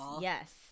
yes